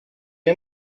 are